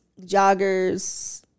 joggers